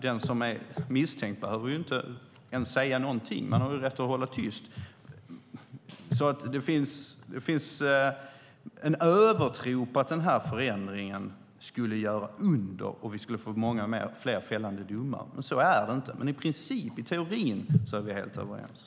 Den som är misstänkt behöver inte säga något utan har rätt att hålla tyst. Det finns en övertro på att denna förändring skulle göra under och att vi skulle få många fler fällande domar. Så är det dock inte. I teorin är vi dock helt överens.